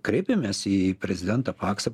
kreipėmės į prezidentą paksą